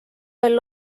veel